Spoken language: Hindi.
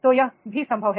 तो यह भी संभव है